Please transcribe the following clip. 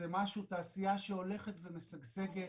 זו תעשייה שהולכת ומשגשגת,